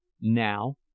Now